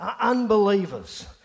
unbelievers